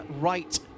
right